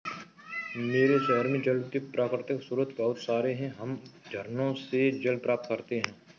मेरे शहर में जल के प्राकृतिक स्रोत बहुत सारे हैं हम झरनों से जल प्राप्त करते हैं